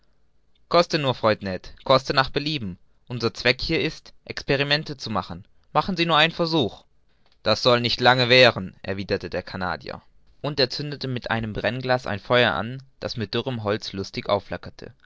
koste nur freund ned koste nach belieben unser zweck hier ist experimente zu machen machen sie nur einen versuch das soll nicht lange währen erwiderte der kana und er zündete mit einem brennglas ein feuer an das mit dürrem holz lustig aufflackerte